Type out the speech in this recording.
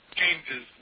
changes